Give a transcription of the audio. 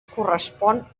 correspon